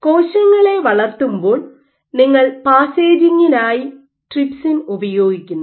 കോശങ്ങളെ വളർത്തുമ്പോൾ നിങ്ങൾ പാസേജിംഗിനായി ട്രിപ്സിൻ ഉപയോഗിക്കുന്നു